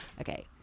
Okay